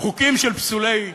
חוקים של פסולי חקיקה,